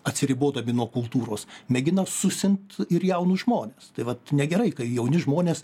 atsiribodami nuo kultūros mėgina susint ir jaunus žmones tai vat negerai kai jauni žmonės